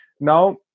Now